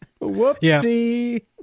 Whoopsie